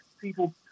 people